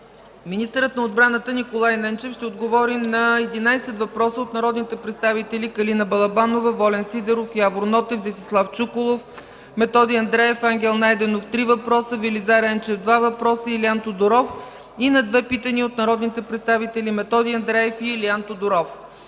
Министърът на отбраната Николай Ненчев ще отговори на 11 въпроса от народните представители Калина Балабанова, Волен Сидеров, Явор Нотев, Десислав Чуколов, Методи Андреев, Ангел Найденов – 3 въпроса, Велизар Енчев – 2 въпроса, и Илиан Тодоров и на 2 питания от народните представители Методи Андреев, и Илиан Тодоров.